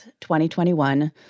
2021